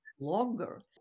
longer